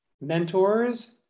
mentors